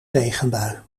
regenbui